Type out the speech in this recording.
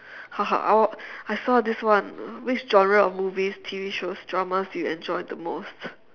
I will I saw this one which genre of movies T_V shows dramas do you enjoy the most